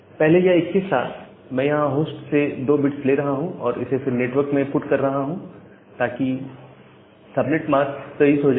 पहले यह 21 था मैं यहां होस्ट से 2 बिट्स ले रहा हूं और फिर इसे नेटवर्क पर पुट कर रहा हूं ताकि सब नेट मास्क 23 हो जाए